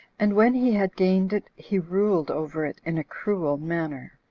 and when he had gained it, he ruled over it in a cruel manner.